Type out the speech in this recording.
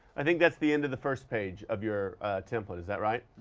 i think that's the end of the first page of your template is that right?